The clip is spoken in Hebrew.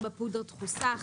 (4)פודרה דחוסה,